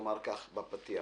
ברשותכם, אומר כך בפתיח: